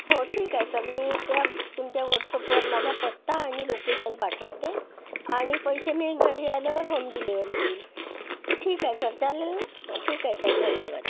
हो ठीक आहे सर मी त्या तुमच्या व्हॉटस्अपवर माझा पत्ता आणि लोकेशन पाठवते आणि पैसे मी घरी आल्यावर होम डिलेवरी देईन ठीक आहे सर चालेल ना ठीक आहे सर धन्यवाद